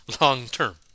long-term